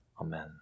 Amen